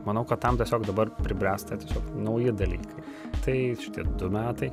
manau kad tam tiesiog dabar pribręsta tiesiog nauji dalykai tai šitie du metai